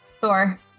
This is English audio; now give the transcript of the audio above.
Thor